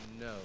no